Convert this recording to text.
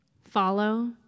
follow